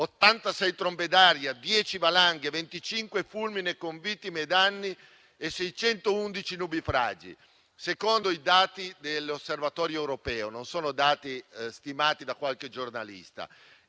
86 trombe d'aria, 10 valanghe, 25 fulmini con vittime e danni e 611 nubifragi. Questi sono dati dell'Osservatorio europeo, non sono dati stimati da qualche giornalista.